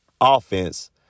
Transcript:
offense